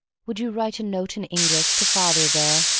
would you write a note in english to father there?